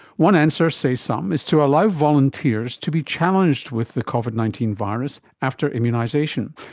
one answer, say some, is to allow volunteers to be challenged with the covid nineteen virus after immunisation.